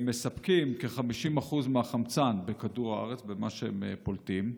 והם מספקים כ-50% מהחמצן בכדור הארץ במה שהם פולטים.